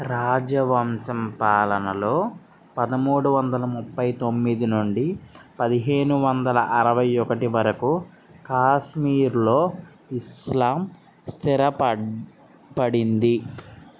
రాజవంశం పాలనలో పదమూడు వందల ముప్పై తొమ్మిది నుండి పదిహేను వందల అరవై ఒకటి వరకు కాశ్మీర్లో ఇస్లాం స్థిరపడింది